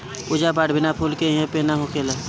पूजा पाठ बिना फूल के इहां पे ना होखेला